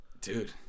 Dude